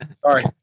Sorry